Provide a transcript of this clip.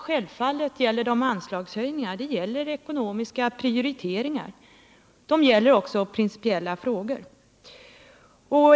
Självfallet handlar de om anslagshöjningar och ekonomiska prioriteringar, men också om principiella frågor.